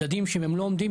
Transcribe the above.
מדדים שאם הם לא עומדים,